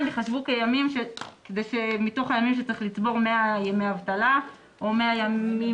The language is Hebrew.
הם ייחשבו מתוך הימים שצריך לצבור 100 ימי אבטלה או 100 ימים,